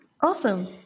awesome